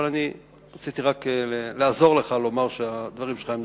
אבל רציתי רק לעזור לך, לומר שהדברים שלך נכונים.